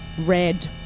red